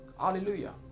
Hallelujah